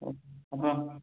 ହଉ ହଁ